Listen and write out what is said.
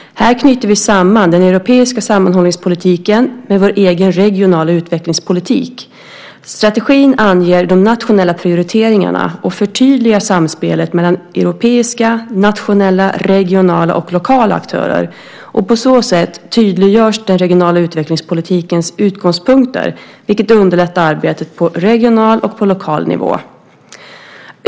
Här knyter vi samman den europeiska sammanhållningspolitiken med vår egen regionala utvecklingspolitik. Strategin anger de nationella prioriteringarna och förtydligar samspelet mellan europeiska, nationella, regionala och lokala aktörer. På så sätt tydliggörs den regionala utvecklingspolitikens utgångspunkter, vilket underlättar arbetet på regional och lokal nivå.